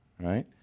right